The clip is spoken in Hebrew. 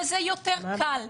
וזה יותר קל,